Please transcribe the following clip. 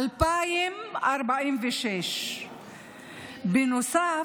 2046. בנוסף,